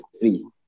three